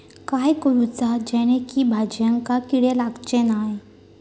काय करूचा जेणेकी भाजायेंका किडे लागाचे नाय?